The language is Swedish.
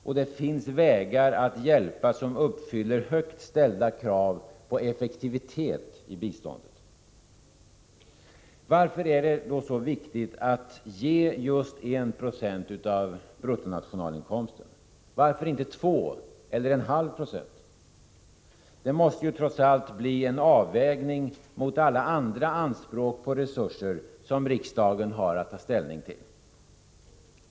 Och det finns vägar att hjälpa, som uppfyller högt ställda krav på effektivitet i biståndet. Varför är det då så viktigt att ge 1 20 av BNI? Varför inte 2 eller 1/2 96? Det måste ju trots allt bli en avvägning mot alla andra anspråk på resurser som riksdagen har att ta ställning till.